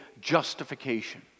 justification